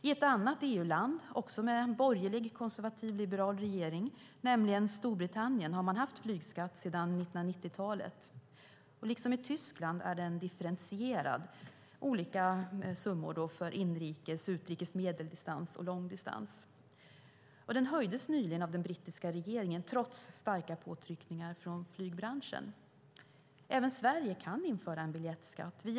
I ett annat EU-land, också med en borgerlig, konservativ-liberal regering, nämligen Storbritannien, har man haft flygskatt sedan 1990-talet. Liksom i Tyskland är den differentierad, alltså olika för inrikes och utrikesresor, medeldistans och långdistansresor. Den höjdes nyligen av regeringen trots starka påtryckningar från flygbranschen. Även Sverige kan införa en biljettskatt.